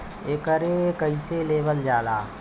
एकरके कईसे लेवल जाला?